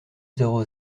zéro